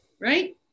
right